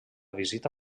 visita